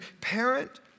parent